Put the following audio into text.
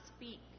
speak